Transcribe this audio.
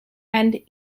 and